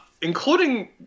Including